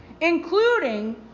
Including